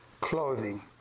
clothing